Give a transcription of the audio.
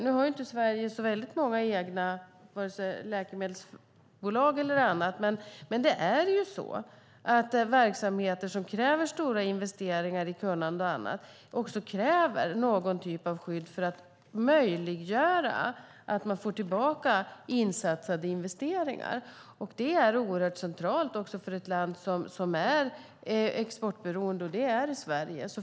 Nu har inte Sverige så många egna läkemedelsbolag, men verksamheter som kräver stora investeringar i kunnande och annat kräver också någon typ av skydd för att möjliggöra att man får tillbaka det man satsat och investerat. Det är oerhört centralt också för ett land som är exportberoende som Sverige.